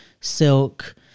Silk